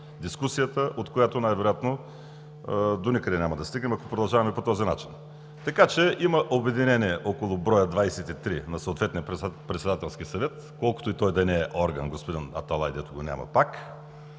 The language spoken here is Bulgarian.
дискусията, от която най-вероятно няма да стигнем до никъде, ако продължаваме по този начин. Така че има обединение около броя 23 на съответния Председателски съвет, колкото и той да не е орган, господин Аталай, дето го няма пак,